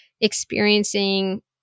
experiencing